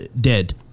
dead